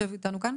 יושב איתנו כאן.